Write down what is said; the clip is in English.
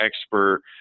expert